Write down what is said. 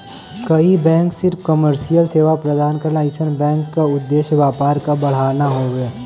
कई बैंक सिर्फ कमर्शियल सेवा प्रदान करलन अइसन बैंक क उद्देश्य व्यापार क बढ़ाना हउवे